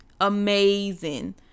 amazing